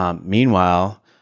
Meanwhile